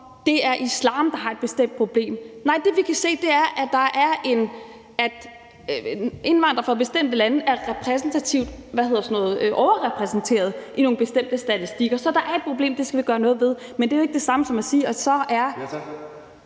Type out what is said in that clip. det er islam, der har et bestemt problem. Nej, det, vi kan se, er, at indvandrere fra bestemte lande er overrepræsenterede i nogle bestemte statistikker, så der er et problem, og det skal vi gøre noget ved. Men det er jo ikke det samme som at sige, at så er